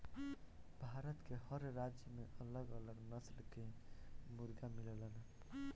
भारत के हर राज्य में अलग अलग नस्ल कअ मुर्गा मिलेलन